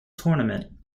tournament